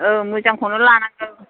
औ मोजांखौनो लानांगौ